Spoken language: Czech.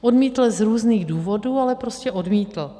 Odmítl z různých důvodů, ale prostě odmítl.